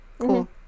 Cool